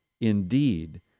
indeed